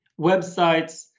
websites